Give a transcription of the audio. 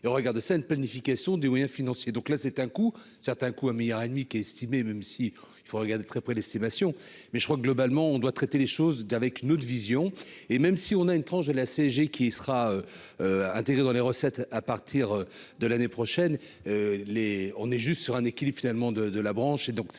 et regard de planification des moyens financiers, donc là c'est un coup certains coups à milliards et demi qu'estimé même si il faut regarder de très près l'estimation, mais je crois que globalement on doit traiter les choses d'avec notre vision, et même si on a une tranche de la CSG, qui sera intégré dans les recettes à partir de l'année prochaine les on est juste sur un équilibre finalement de de la branche